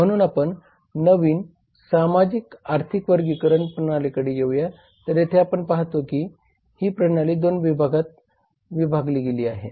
म्हणून आपण नवीन सामाजिक आर्थिक वर्गीकरण प्रणालीकडे येऊया तर येथे आपण पाहतो की ही प्रणाली 2 भागांमध्ये विभागली गेली आहे